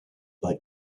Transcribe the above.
but